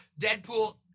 Deadpool